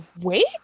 wait